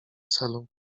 celu